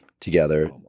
together